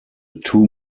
two